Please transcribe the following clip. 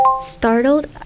Startled